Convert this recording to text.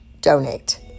donate